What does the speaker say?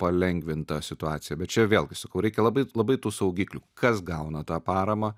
palengvinta situacija bet čia vėlgi sakau reikia labai labai tų saugiklių kas gauna tą paramą